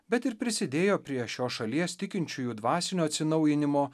bet ir prisidėjo prie šios šalies tikinčiųjų dvasinio atsinaujinimo